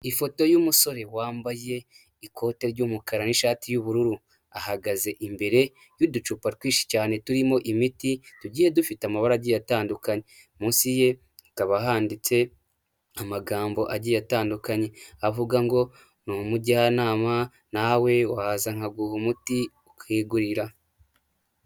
Ifoto y'umusore wambaye ikote ry'umukara n'ishati y'ubururu, ahagaze imbere y'uducupa twinshi cyane turimo imiti tugiye dufite amabara agiye atandukanye. Munsi ye hakaba handitse amagambo agiye atandukanye avuga ngo, ni umujyanama nawe waza nkaguha umuti ukigurira.